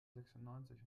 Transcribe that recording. sechsundneunzig